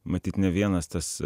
matyt ne vienas tas